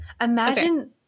Imagine